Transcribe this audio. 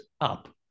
up